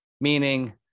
meaning